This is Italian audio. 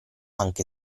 anche